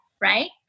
right